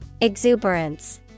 Exuberance